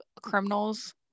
criminals